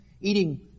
eating